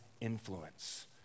influence